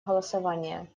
голосование